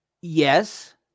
Yes